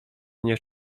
nie